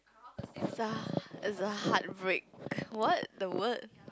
it's a it's a heart break what the word